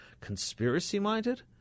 Conspiracy-minded